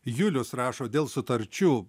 julius rašo dėl sutarčių